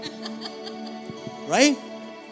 Right